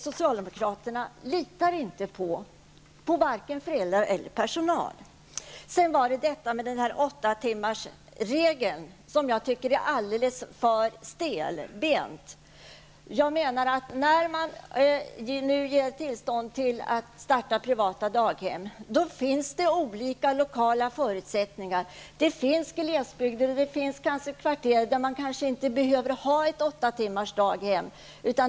Socialdemokraterna litar inte på vare sig föräldrar eller personal. Vidare har vi frågan om åttatimmarsregeln. Jag tycker att den är alldeles för stelbent. När tillstånd ges för att starta privata daghem är förutsättningarna olika. Det finns orter i glesbygden och kvarter i städer där det kanske inte behövs åttatimmarsdaghem.